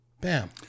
Bam